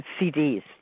CDs